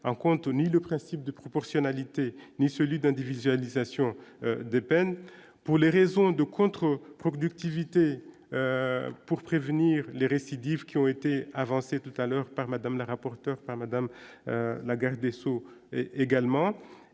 en compte ni le principe de proportionnalité, ni celui d'individualisation des peines pour les raisons de contre-productivité pour prévenir les récidives qui ont été avancés tout-à-l'heure par Madame la rapporteur pas madame la garde des Sceaux également